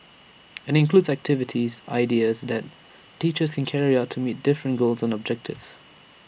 and IT includes activity ideas that teachers can carry out to meet different goals and objectives